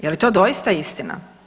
Je li to doista istina?